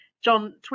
John